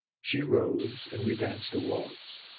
she rose and we danced a waltz.